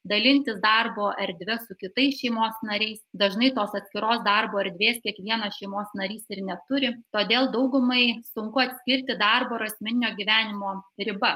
dalintis darbo erdve su kitais šeimos nariais dažnai tos atskiros darbo erdvės kiekvienas šeimos narys ir neturi todėl daugumai sunku atskirti darbo ir asmeninio gyvenimo ribas